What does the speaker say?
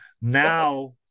now